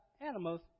animals